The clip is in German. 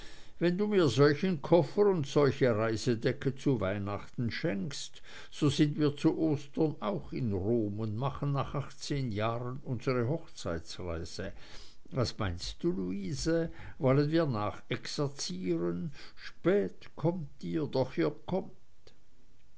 wenn du mir solchen koffer und solche reisedecke zu weihnachten schenkst so sind wir zu ostern auch in rom und machen nach achtzehn jahren unsere hochzeitsreise was meinst du luise wollen wir nachexerzieren spät kommt ihr doch ihr kommt